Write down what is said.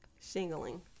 shingling